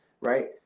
Right